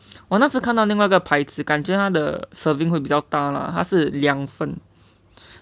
我那时看到另外一个牌子感觉他的 serving 会比较大啦他是两份:hui bi jiao da la ta shi liang fenn